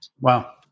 Wow